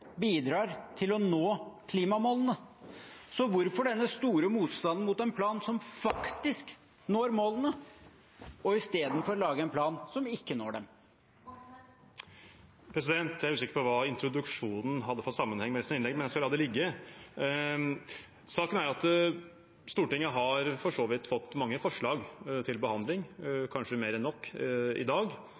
bidrar til å nå klimamålene. Så hvorfor denne store motstanden mot en plan som faktisk når målene, og istedenfor lage en plan som ikke når dem? Jeg er usikker på hvilken sammenheng introduksjonen hadde med resten av innlegget, men jeg skal la det ligge. Saken er at Stortinget for så vidt har fått mange forslag til behandling – kanskje mer enn nok – i dag,